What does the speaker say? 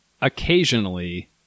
occasionally